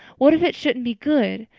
what if it shouldn't be good!